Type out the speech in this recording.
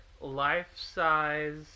life-size